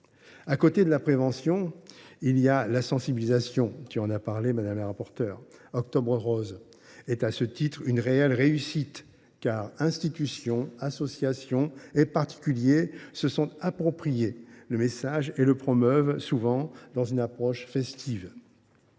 À côté de la prévention, il y a la sensibilisation – vous en avez parlé, madame la rapporteure. De ce point de vue, Octobre rose est une réelle réussite, car institutions, associations et particuliers se sont approprié le message et le promeuvent souvent dans une approche festive.